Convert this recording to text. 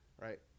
right